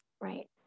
Right